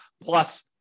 plus